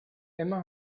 emma